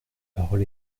parole